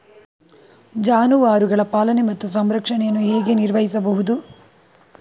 ಜಾನುವಾರುಗಳ ಪಾಲನೆ ಮತ್ತು ಸಂರಕ್ಷಣೆಯನ್ನು ಹೇಗೆ ನಿರ್ವಹಿಸಬಹುದು?